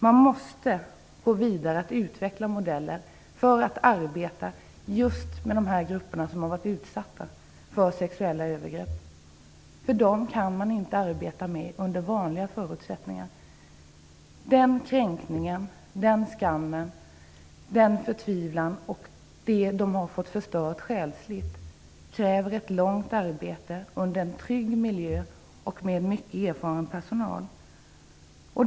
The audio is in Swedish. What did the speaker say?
Man måste gå vidare med att utveckla modeller för arbete med de grupper som har varit utsatta för sexuella övergrepp. Dem kan man inte arbeta med under vanliga förutsättningar. Den kränkningen, den skammen, den förtvivlan och det som har förstörts själsligt kräver ett långt arbete i en trygg miljö och med mycket erfaren personal.